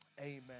Amen